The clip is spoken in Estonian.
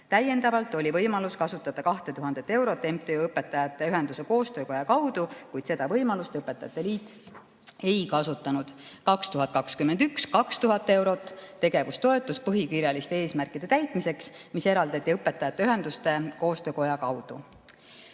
Täiendavalt oli võimalus kasutada 2000 eurot MTÜ Õpetajate Ühenduste Koostöökoja kaudu, kuid seda võimalust õpetajate liit ei kasutanud. 2021: 2000 eurot, tegevustoetus põhikirjaliste eesmärkide täitmiseks, mis eraldati Õpetajate Ühenduste Koostöökoja kaudu.